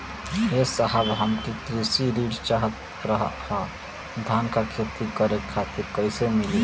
ए साहब हमके कृषि ऋण चाहत रहल ह धान क खेती करे खातिर कईसे मीली?